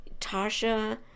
Tasha